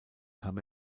kam